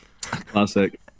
Classic